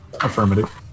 Affirmative